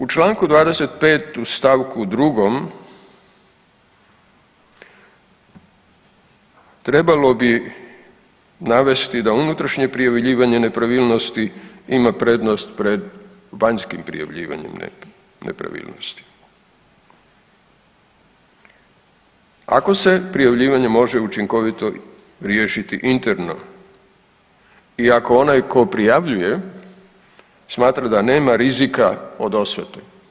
U čl. 25 u st. 2 trebalo bi navesti da unutrašnje prijavljivanje nepravilnosti ima prednost pred vanjskim prijavljivanjem nepravilnosti, ako se prijavljivanje može učinkovito riješiti interno i ako onaj tko prijavljuje smatra da nema rizika od osvete.